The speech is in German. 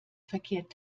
verkehrt